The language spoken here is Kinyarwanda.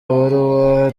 baruwa